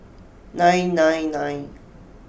nine nine nine